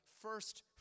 first